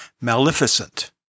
Maleficent